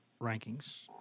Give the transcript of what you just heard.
rankings